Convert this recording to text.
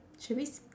should we